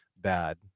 bad